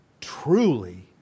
truly